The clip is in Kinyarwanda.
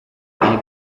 iyi